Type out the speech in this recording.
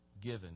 given